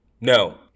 No